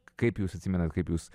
kaip jūs atsimenate kaip jus